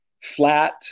flat